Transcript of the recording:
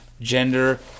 gender